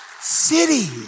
city